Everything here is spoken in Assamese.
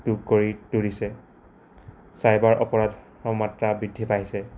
তোগ কৰি তুলিছে চাইবাৰ অপৰাধৰ মাত্ৰা বৃদ্ধি পাইিছে